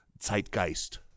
Zeitgeist